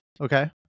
Okay